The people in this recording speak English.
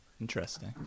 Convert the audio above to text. Interesting